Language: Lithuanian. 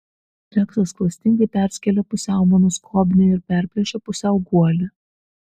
reksas klastingai perskėlė pusiau mano skobnį ir perplėšė pusiau guolį